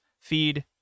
feed